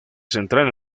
central